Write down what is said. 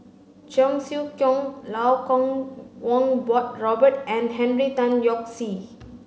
Cheong Siew Keong Kuo Kwong Robert and Henry Tan Yoke See